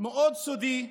מאוד סודי,